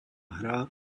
hra